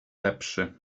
lepszy